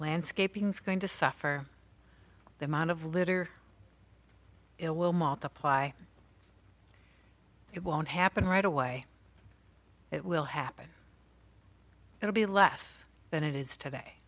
landscaping is going to suffer the amount of litter it will multiply it won't happen right away it will happen it'll be less than it is today